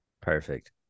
Perfect